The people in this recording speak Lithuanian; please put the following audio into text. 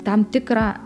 tam tikrą